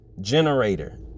generator